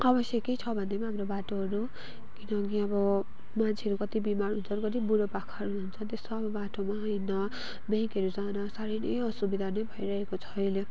आवश्यकै छ भनदिउँ हाम्रो बाटोहरू किनकि अब मान्छेहरू कति बिमार हुन्छन् कति बुढा पाकाहरू हुन्छन् त्यस्ता बाटोहमा हिड्न ब्याङ्कहरू जान साह्रै नै असुविधाहरू भइरहेको छ अहिले